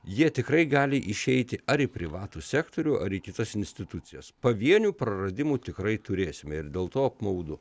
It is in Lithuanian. jie tikrai gali išeiti ar į privatų sektorių ar į kitas institucijas pavienių praradimų tikrai turėsime ir dėl to apmaudu